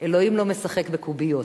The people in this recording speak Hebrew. אלוהים לא משחק בקוביות.